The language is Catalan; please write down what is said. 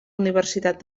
universitat